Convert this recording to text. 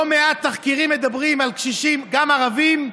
לא מעט תחקירים מדברים על קשישים, גם ערבים,